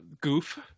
goof